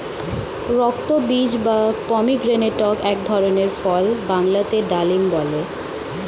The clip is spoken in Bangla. রক্তবীজ বা পমিগ্রেনেটক এক ধরনের ফল বাংলাতে ডালিম বলে